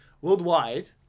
worldwide